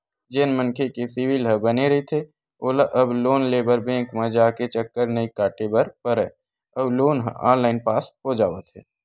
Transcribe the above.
जेन मनखे के सिविल ह बने रहिथे ओला अब लोन लेबर बेंक म जाके चक्कर नइ काटे बर परय अउ लोन ह ऑनलाईन पास हो जावत हे